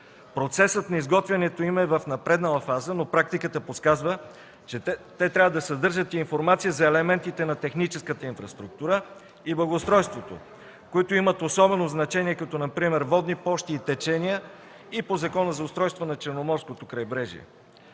Процесът на изготвянето им е в напреднала фаза, но практиката подсказва, че те трябва да съдържат информация за елементите на техническата инфраструктура и благоустройството, които имат особено значение, като например водни площи и течения, и по Закона за устройството на Черноморското крайбрежие.